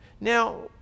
Now